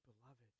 beloved